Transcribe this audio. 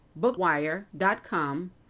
bookwire.com